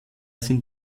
sind